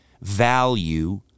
value